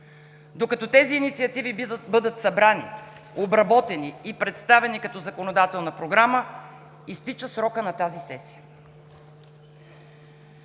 Докато тези инициативи бъдат събрани, обработени и представени като законодателна програма, изтича срокът на тази сесия.